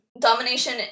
domination